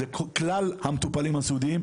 על כלל המטופלים הסיעודיים,